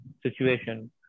situation